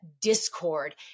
discord